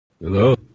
Hello